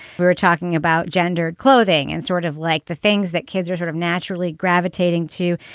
we're talking about gendered clothing and sort of like the things that kids are sort of naturally gravitating to.